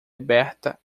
aberta